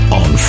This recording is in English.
on